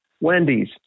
Wendy's